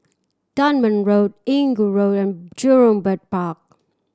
Dunman Road Inggu Road and Jurong Bird Park